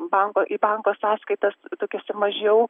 banko į banko sąskaitas tokiose mažiau